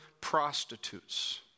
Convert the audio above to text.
prostitutes